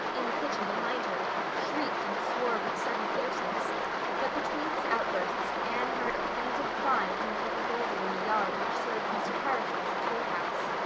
in the kitchen behind her, shrieked and swore with sudden fierceness but between his outbursts anne heard a plaintive cry from the little building in the yard which served mr. harrison as a toolhouse.